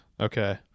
okay